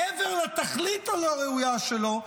מעבר לתכלית הלא-ראויה שלו,